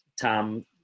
Tom